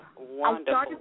Wonderful